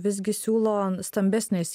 visgi siūlo stambesnės